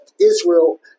Israel